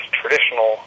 traditional